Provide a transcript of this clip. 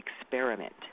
experiment